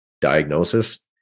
diagnosis